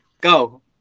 go